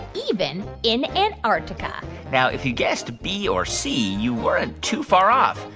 even in antarctica now, if you guessed b or c, you weren't too far off.